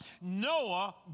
Noah